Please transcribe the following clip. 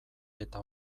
eta